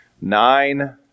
nine